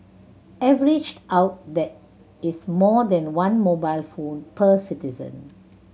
averaged out that is more than one mobile phone per citizen